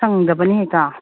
ꯁꯪꯗꯕꯅꯤ ꯍꯦꯛꯇ